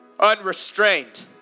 unrestrained